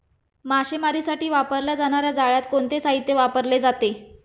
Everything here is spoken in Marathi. मासेमारीसाठी वापरल्या जाणार्या जाळ्यात कोणते साहित्य वापरले जाते?